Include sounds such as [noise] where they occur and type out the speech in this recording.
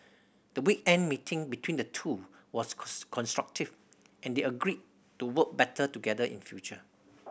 the weekend meeting between the two was [unintelligible] constructive and they agreed to work better together in future